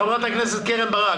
חברת הכנסת קרן ברק,